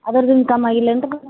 ಅದರಿಂದ್ ಕಮ್ಮಿ ಆಗಿಲ್ಲೇನು ರೀ